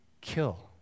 kill